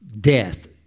death